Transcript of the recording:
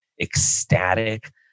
ecstatic